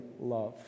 love